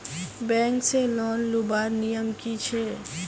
Bank से loan लुबार नियम की छे?